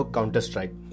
Counter-Strike